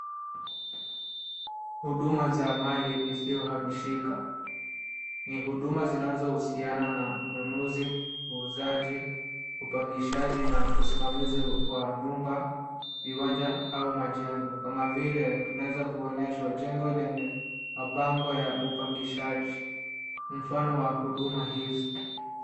Huduma za mali isiyohamishika. Ni huduma zinazohusiana na ununuzi, uuzaji, upangishaji na usimamizi wa nyumba, viwanja au majengo kama vile tunaweza kuonyeshwa jengo lenye mabango ya upangishaji mfano wa huduma hizi.